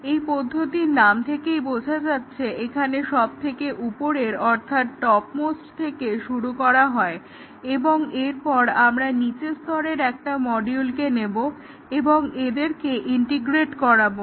এই পদ্ধতির নাম থেকেই বোঝা যাচ্ছে এখানে সব থেকে উপরের অর্থাৎ টপ মোস্ট থেকে শুরু করা হয় এবং এরপর আমরা নিচের স্তরের একটা মডিউলকে নেব এবং এদেরকে ইন্টিগ্রেট করাবো